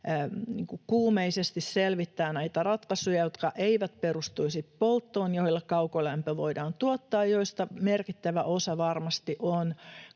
kuumeisesti selvittää näitä ratkaisuja, jotka eivät perustuisi polttoon, joilla kaukolämpö voidaan tuottaa ja joista merkittävä osa varmasti on